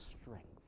strength